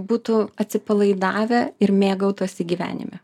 būtų atsipalaidavę ir mėgautųsi gyvenime